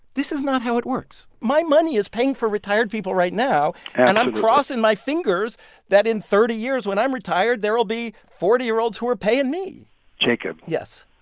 this is not how it works. my money is paying for retired people right now absolutely and i'm crossing my fingers that in thirty years when i'm retired, there will be forty year olds who are paying me jacob. yes.